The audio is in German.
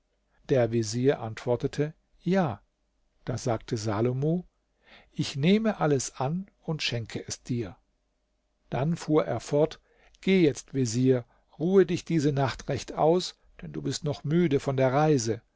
der vezier antwortete ja da sagte salomo ich nehme alles an und schenke es dir dann fuhr er fort geh jetzt vezier ruhe dich diese nacht recht aus denn du bist noch müde von der reise